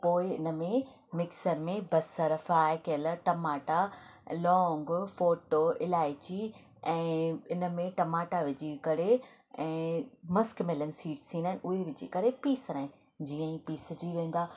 पोइ इन में मिक्सर में बसर फ्राइ थियल टमाटा लौंग फ़ोटो इलायची ऐं इनमें टमाटा विझी करे ऐं मस्क मैलन सीड्स ईंदा आहिनि उहे विझी करे पीसणा आहिनि जीअं ई पीसिजी वेंदा